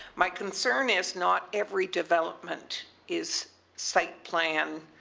my concern is not every development is site plan